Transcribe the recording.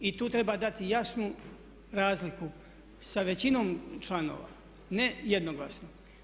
I tu treba dati jasnu razliku, sa većinom članova, ne jednoglasno.